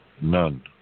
None